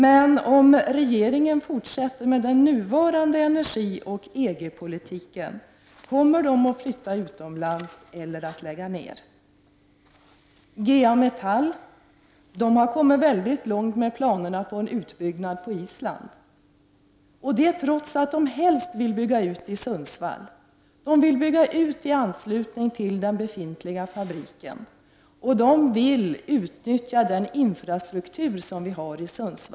Men om regeringen fortsätter med den nuvarande energioch EG-politiken kommer dessa industrier att flytta utomlands eller att lägga ned sin verksamhet. GA-metall har kommit väldigt långt med planerna på en utbyggnad i Island, trots att man helst vill bygga ut i anslutning till den befintliga fabriken i Sundsvall för att kunna utnyttja den infrastruktur som finns i området.